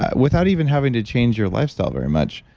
ah without even having to change your lifestyle very much.